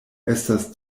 estas